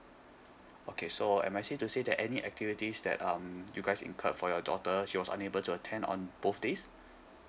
okay so am I safe to say that any activities that um you guys incurred for your daughter she was unable to attend on both days